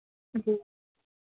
जी